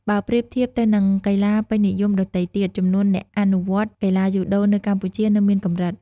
បើប្រៀបធៀបទៅនឹងកីឡាពេញនិយមដទៃទៀត ចំនួនអ្នកអនុវត្តកីឡាយូដូនៅកម្ពុជានៅមានកម្រិត ។